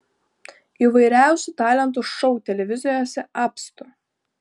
įvairiausių talentų šou televizijose apstu